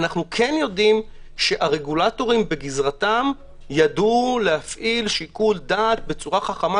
אנחנו כן יודעים שהרגולטורים בגזרתם ידעו להפעיל שיקול דעת בצורה חכמה,